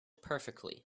perfectly